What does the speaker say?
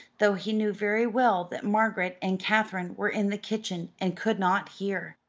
though he knew very well that margaret and katherine were in the kitchen and could not hear.